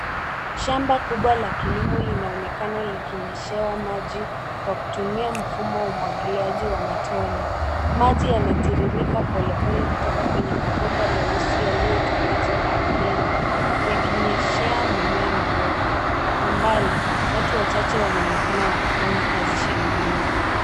Shamba kubwa la kilimo linaonekana likinyeshewa maji kwa kutumia mfumo wa umwagiliaji wa matone. Maji yanatiririka pole pole kutoka kwenye mabomba meusi yaliyotandazwa ardhini yakinyeshea mimea midogo. Kwa mbali, watu wachache wanaonekana wakifanya kazi shambani.